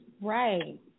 Right